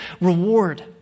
reward